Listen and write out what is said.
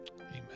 Amen